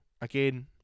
again